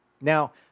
Now